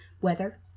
weather